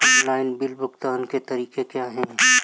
Online bill भुगतान के तरीके क्या हैं?